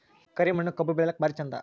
ಕರಿ ಮಣ್ಣು ಕಬ್ಬು ಬೆಳಿಲ್ಲಾಕ ಭಾರಿ ಚಂದ?